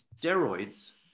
steroids